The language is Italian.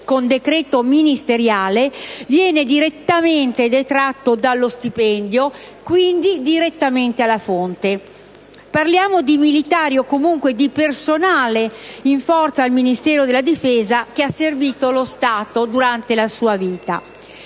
con decreto ministeriale, viene direttamente detratto dallo stipendio, quindi direttamente alla fonte. Parliamo di militari o comunque di personale in forza al Ministero della difesa, che ha servito lo Stato durante la sua vita.